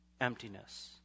emptiness